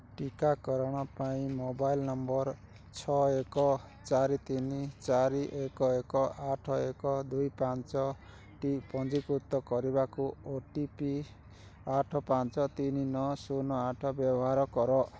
ଟିକାକରଣ ପାଇଁ mobile number ଛଅ ଏକ ଚାରି ତିନି ଚାରି ଏକ ଏକ ଆଠ ଏକ ଦୁଇ ପାଞ୍ଚଟି ପଞ୍ଜୀକୃତ କରିବାକୁ ଓ ଟି ପି ଆଠ ପାଞ୍ଚ ତିନି ନଅ ଶୂନ ଆଠ ବ୍ୟବହାର କର